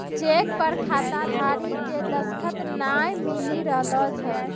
cheque पर खाताधारी के दसखत नाय मिली रहलो छै